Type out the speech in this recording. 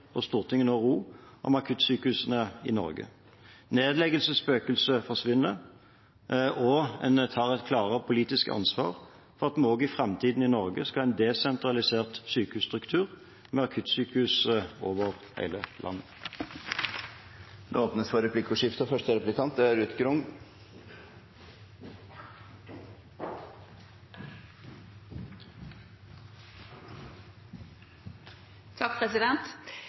og Stortinget nå ro rundt akuttsykehusene i Norge. Nedleggelsesspøkelset forsvinner, og en tar klarere et politisk ansvar for at vi også i framtiden i Norge skal ha en desentralisert sykehusstruktur, med akuttsykehus over hele landet. Det blir replikkordskifte.